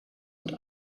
und